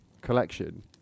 collection